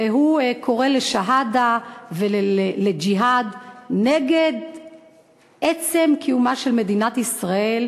והוא קורא לשהאדה ולג'יהאד נגד עצם קיומה של מדינת ישראל,